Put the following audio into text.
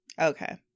okay